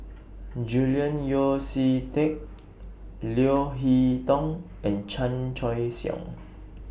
Julian Yeo See Teck Leo Hee Tong and Chan Choy Siong